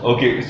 Okay